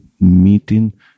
meeting